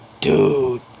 Dude